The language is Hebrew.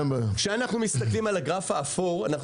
כשאנחנו מסתכלים על הגרף האפור אנחנו